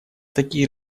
такие